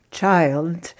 child